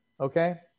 okay